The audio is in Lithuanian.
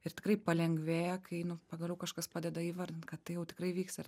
ir tikrai palengvėjo kai nu pagaliau kažkas padeda įvardint kad tai jau tikrai įvyks ar